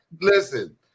listen